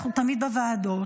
אנחנו תמיד בוועדות